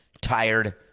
tired